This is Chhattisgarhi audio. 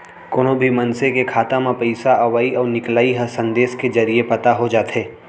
कोनो भी मनसे के खाता म पइसा अवइ अउ निकलई ह संदेस के जरिये पता हो जाथे